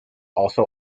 also